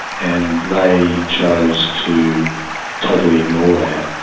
and they chose to totally ignore that.